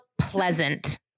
pleasant